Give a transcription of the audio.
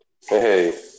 hey